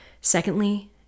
Secondly